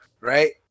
right